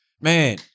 man